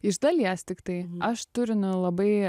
iš dalies tiktai aš turiu labai